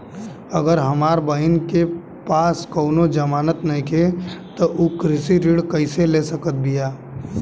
अगर हमार बहिन के पास कउनों जमानत नइखें त उ कृषि ऋण कइसे ले सकत बिया?